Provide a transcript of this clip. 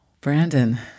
Brandon